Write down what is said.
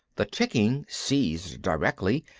the ticking ceased directly,